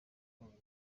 twabaga